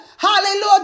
Hallelujah